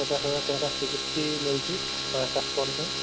ପଚାଶ ହଜାର ଟଙ୍କା ସିକ୍ୟୁରିଟି ନେଉଛି ପାଞ୍ଚଟା ଷ୍ଟଲ୍ ପାଇଁ